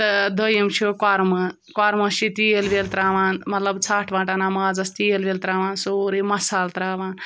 تہٕ دوٚیِم چھُ کوٚرمہٕ کوٚرمَس چھِ تیٖل ترٛاوان مطلب ژھٹھ وَٹھ اَنان مازَس تیٖل ویٖل ترٛاوان سورُے مصالہٕ ترٛاوان